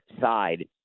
side